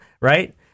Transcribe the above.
Right